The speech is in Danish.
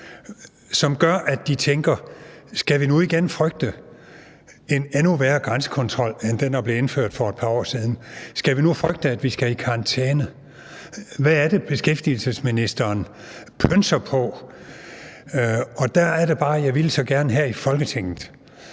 som gør, at de tænker: Skal vi nu igen frygte en endnu værre grænsekontrol end den, der blev indført for et par år siden? Skal vi nu frygte, at vi skal i karantæne? Hvad er det, beskæftigelsesministeren pønser på? Og der er det bare, jeg så gerne her i Folketinget